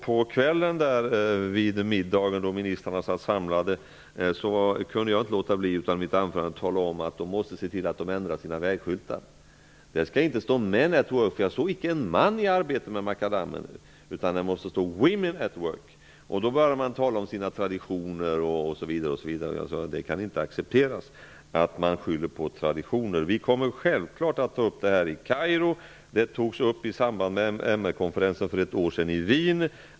På kvällen vid middagen, då ministrarna satt samlade, kunde jag inte låta bli att i mitt anförande tala om att de måste ändra sina vägskyltar. Det skall inte stå: Men at work. Jag såg inte en man i arbete med makadamen. Det måste stå: Women at work. Då började man tala om sina traditioner. Jag sade att det inte kan accepteras att man skyller på traditioner. Vi kommer självklart att ta upp denna fråga i Kairo. Den togs upp i samband med MR konferensen för ett år sedan i Wien.